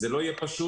זה לא יהיה פשוט,